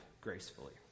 gracefully